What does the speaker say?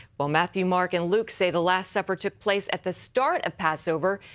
well, matthew, mark, and luke say the last supper took place at the start of passover.